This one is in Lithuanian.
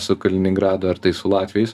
su kaliningradu ar tai su latviais